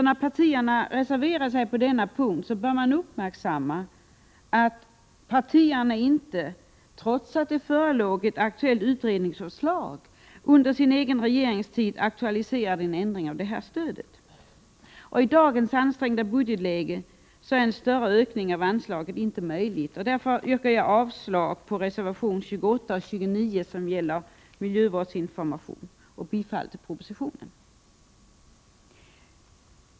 När partierna reserverar sig på denna punkt bör man uppmärksamma att de inte, trots att det förelåg ett aktuellt utredningsförslag, under sin egen regeringstid aktualiserade en ändring av detta stöd. I dagens ansträngda budgetläge är en större ökning av anslaget inte möjlig. Därför yrkar jag avslag på reservationerna 28 och 29 som gäller miljövårdsinformation och bifall till propositionen.